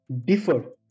differ